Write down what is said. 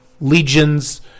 legions